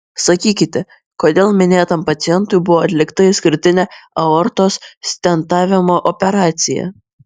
sakykite kodėl minėtam pacientui buvo atlikta išskirtinė aortos stentavimo operacija